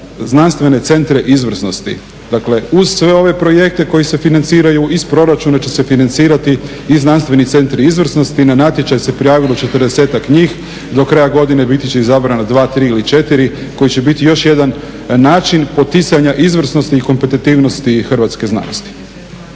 znanstvene centre izvrsnosti. Dakle, uz sve ove projekte koji se financiraju iz proračuna će se financirati i znanstveni centri izvrsnosti. Na natječaj se prijavilo 40-ak njih, do kraja godine biti će izabrana 2, 3 ili 4 koji će biti još jedan način poticanja izvrsnosti i kompetitivnosti hrvatske znanosti.